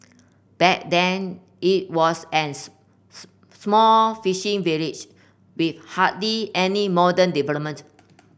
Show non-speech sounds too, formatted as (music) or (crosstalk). back then it was an (unintelligible) small fishing village with hardly any modern development